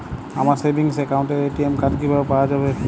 আমার সেভিংস অ্যাকাউন্টের ATM card কিভাবে পাওয়া যাবে?